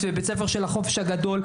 של החופש הגדול,